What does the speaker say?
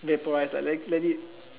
vaporize let let it